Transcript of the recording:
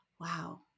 wow